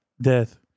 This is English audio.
death